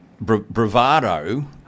bravado